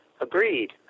Agreed